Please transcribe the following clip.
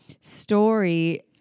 story